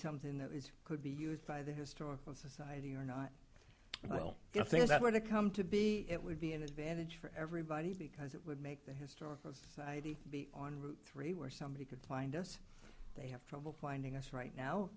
something that is could be used by the historical society or not well the things that were to come to be it would be an advantage for everybody because it would make the historical society be on route three where somebody could find us they have trouble finding us right now